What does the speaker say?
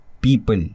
people